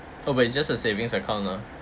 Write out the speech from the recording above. oh but it just a savings account lah